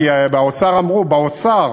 באוצר,